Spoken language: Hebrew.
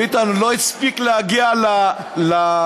ביטן לא הספיק להגיע לכפתור,